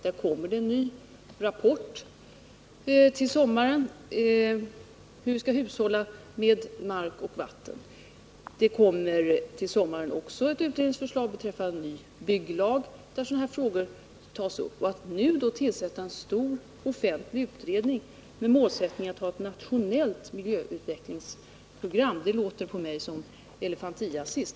Där kommer det en ny rapport till sommaren om hur vi skall hushålla med mark och vatten. Det kommer till sommaren också ett utredningsförslag beträffande ny bygglag, där sådana här frågor tas upp. Att då tillsätta en stor offentlig utredning med målsättningen att man skall utforma ett nationellt miljöutvecklingsprogram verkar för mig som elefantiasis.